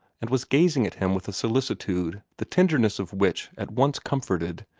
and was gazing at him with a solicitude the tenderness of which at once comforted,